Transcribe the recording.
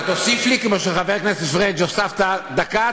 אתה תוסיף לי כמו שלחבר הכנסת פריג' הוספת דקה.